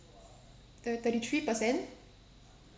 uh thirty three percent